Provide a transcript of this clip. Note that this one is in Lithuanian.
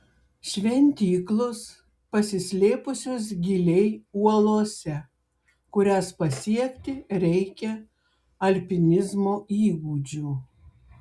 šventyklos pasislėpusios giliai uolose kurias pasiekti reikia alpinizmo įgūdžių